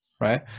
right